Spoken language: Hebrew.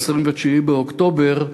29 באוקטובר,